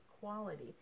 quality